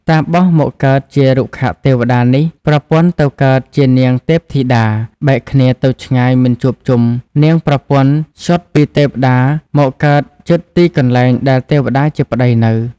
តាបសមកកើតជារុក្ខទេវតានេះ ប្រពន្ធទៅកើតជានាងទេពធីតា បែកគ្នាទៅឆ្ងាយមិនជួបជុំ នាងប្រពន្ធ ច្យុតពីទេពធីតាមកកើតជិតទីកន្លែងដែលទេវតាជាប្ដីនៅ ។